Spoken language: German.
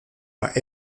war